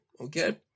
Okay